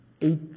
eight